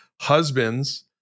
Husbands